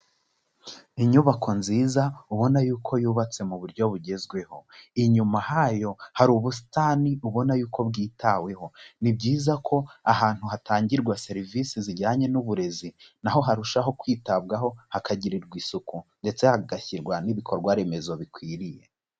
Inyubako nziza ubona yuko yubatse mu buryo bugezweho. Inyuma hayo hari ubusitani ubona yuko bwitaweho. Ni byiza ko ahantu hatangirwa serivisi zijyanye n'uburezi na ho harushaho kwitabwaho, hakagirirwa isuku ndetse hagashyirwa n'ibikorwa remezo bikwiriye.